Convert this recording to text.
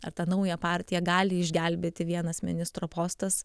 ar tą naują partiją gali išgelbėti vienas ministro postas